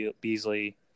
Beasley